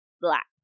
black